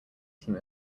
team